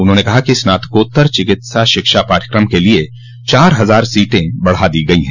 उन्होंने कहा कि स्नात्कोत्तर चिकित्सा शिक्षा पाठ्यक्रम के लिए चार हजार सीटें बढ़ा दी गयी हैं